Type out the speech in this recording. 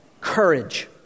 courage